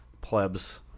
plebs